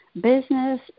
business